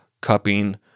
cupping